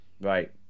Right